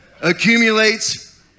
accumulates